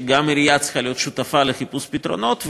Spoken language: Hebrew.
וגם העירייה צריכה להיות שותפה לחיפוש פתרונות,